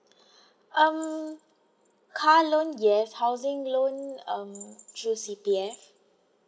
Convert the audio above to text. um car loan yes housing loan um through C_P_F